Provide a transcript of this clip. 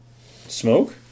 Smoke